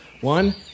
One